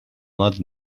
not